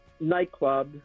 nightclub